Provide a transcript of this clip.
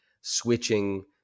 switching